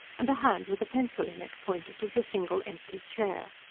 and a hand with a pencil in it pointed to the single empty chair.